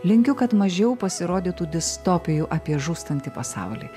linkiu kad mažiau pasirodytų distopijų apie žūstantį pasaulį